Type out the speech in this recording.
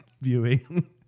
viewing